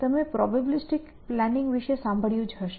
તમે probabilistic planning વિશે સાંભળ્યું જ હશે